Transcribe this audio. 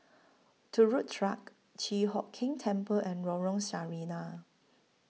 Turut Track Chi Hock Keng Temple and Lorong Sarina